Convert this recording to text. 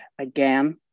again